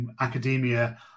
academia